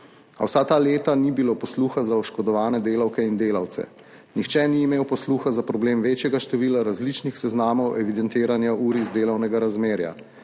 vsa ta leta ni bilo posluha za oškodovane delavke in delavce. Nihče ni imel posluha za problem večjega števila različnih seznamov evidentiranja ur iz delovnega razmerja,